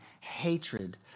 hatred